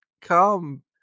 come